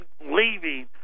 leaving